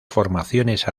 formaciones